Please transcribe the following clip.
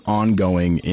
ongoing